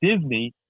Disney